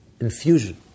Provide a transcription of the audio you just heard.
infusion